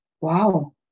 wow